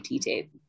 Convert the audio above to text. tape